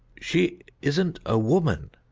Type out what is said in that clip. she isn't a woman,